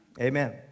Amen